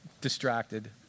distracted